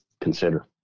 consider